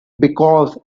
because